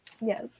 Yes